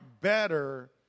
better